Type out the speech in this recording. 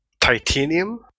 Titanium